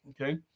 Okay